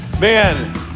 Man